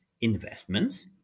investments